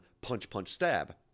punch-punch-stab